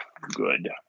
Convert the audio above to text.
good